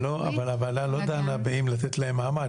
אבל הוועדה לא דנה אם לתת להן מעמד.